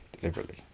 deliberately